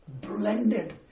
blended